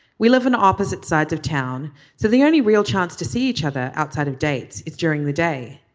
we live on opposite sides of town so the only real chance to see each other outside of dates is during the day.